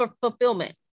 fulfillment